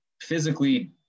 physically